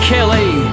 Kelly